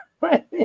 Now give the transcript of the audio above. Right